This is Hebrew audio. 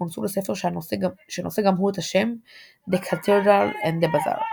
כונסו לספר שנושא גם הוא את השם The Cathedral and the Bazaar.